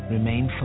Remain